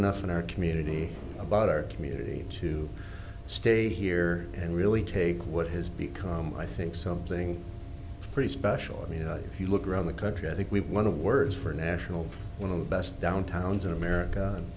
enough in our community about our community to stay here and really take what has become i think something pretty special i mean if you look around the country i think we've one of words for national one of the best down towns in america and